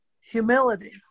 humility